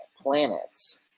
planets